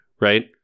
Right